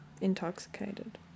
intoxicated